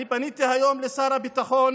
אני פניתי היום לשר הביטחון